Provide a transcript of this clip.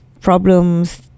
Problems